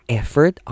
effort